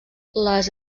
les